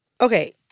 Okay